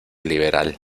liberal